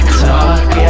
talk